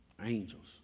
angels